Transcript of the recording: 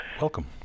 Welcome